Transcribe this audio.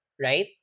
Right